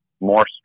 more